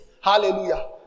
Hallelujah